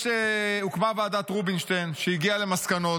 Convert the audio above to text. הוקמה ועדת רובינשטיין והגיעה למסקנות.